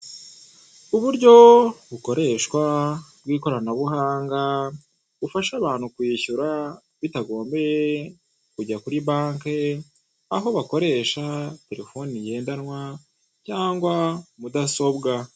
Uburyo bukoreshwa mu kwamamaza ikigo cy'ubwishingizi naho kika gisohora ikarita iriho aho wagisanga ugikeneye.